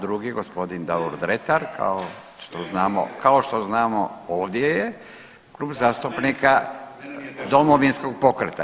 Drugi gospodin Davor Dretar kao što znamo, kao što znamo ovdje je, Klub zastupnika Domovinskog pokreta.